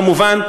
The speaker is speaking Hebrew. כמובן,